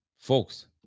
Folks